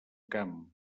camp